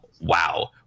wow